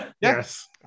Yes